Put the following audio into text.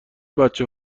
بچه